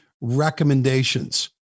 recommendations